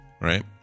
right